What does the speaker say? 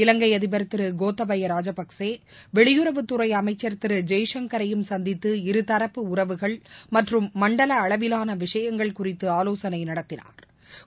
இலங்கை அதிபர் திரு கோத்தபய ராஜபக்சே வெளியுறவுத்துறை அமைச்சர் திரு ஜெய்சங்கரையும் சந்தித்து இருதரப்பு உறவுகள் மற்றும் மண்டல அளவிலான விஷயங்கள் குறித்து ஆலோசனை நடத்தினாா்